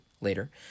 later